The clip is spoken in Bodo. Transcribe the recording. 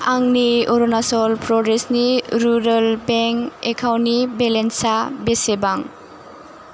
आंनि अरुणाचल प्रदेशनि रुराल बेंक एकाउन्टनि बेलेन्सा बेसेबां